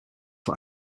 vor